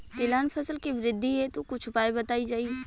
तिलहन फसल के वृद्धी हेतु कुछ उपाय बताई जाई?